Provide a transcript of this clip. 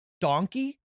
donkey